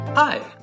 Hi